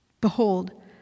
Behold